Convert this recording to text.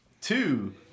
two